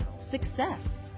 success